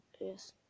yes